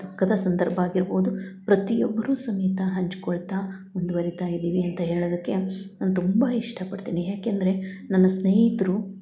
ದುಃಖದ ಸಂದರ್ಭ ಆಗಿರ್ಬೋದು ಪ್ರತಿಯೊಬ್ಬರು ಸಮೇತ ಹಂಚಿಕೊಳ್ತ ಮುಂದುವರಿತ ಇದ್ದೀವಿ ಅಂತ ಹೇಳೋದಕ್ಕೆ ನಾನು ತುಂಬ ಇಷ್ಟಪಡ್ತೀನಿ ಯಾಕೆಂದರೆ ನನ್ನ ಸ್ನೇಹಿತರು